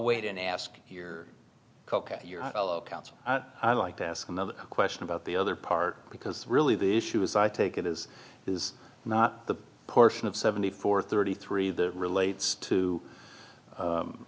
wait and ask here i'd like to ask another question about the other part because really the issue as i take it is is not the portion of seventy four thirty three the relates